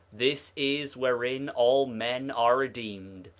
this is wherein all men are redeemed,